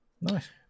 Nice